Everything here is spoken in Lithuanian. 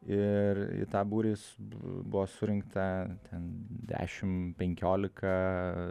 ir į tą būrį s bu buvo surinkta ten dešim penkiolika